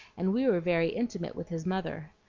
and we were very intimate with his mother.